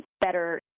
better